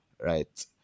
right